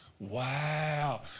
Wow